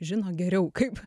žino geriau kaip